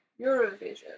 Eurovision